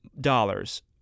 dollars